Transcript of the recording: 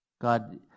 God